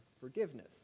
forgiveness